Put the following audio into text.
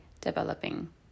developing